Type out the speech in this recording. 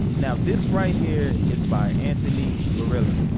now this right here is by anthony barilla.